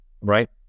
right